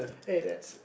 eh that's